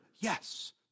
Yes